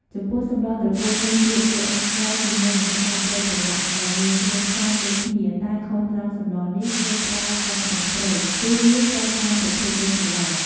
ចំពោះសម្លត្រកួនមួយទៀត គេអាចស្លជាមួយនឹងក្បាលត្រីប្រឡាក់ ដោយមានគ្រឿងផ្សំដូចគ្នាតែខុសត្រង់សម្លនេះគេប្រើស្លឹកម្រះព្រៅ ព្រោះវាត្រូវតាមប្រភេទនៃសម្ល។